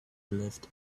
left